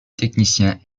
techniciens